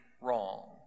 wrong